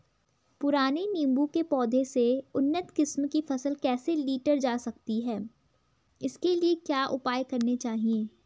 पुराने नीबूं के पौधें से उन्नत किस्म की फसल कैसे लीटर जा सकती है इसके लिए क्या उपाय करने चाहिए?